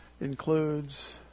includes